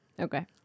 Okay